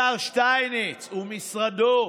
השר שטייניץ ומשרדו,